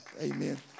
Amen